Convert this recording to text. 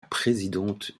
présidente